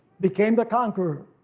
became the conqueror.